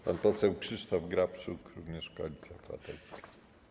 Pan poseł Krzysztof Grabczuk, również Koalicja Obywatelska.